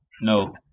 no